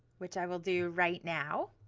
which i will do right now